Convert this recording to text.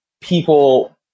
people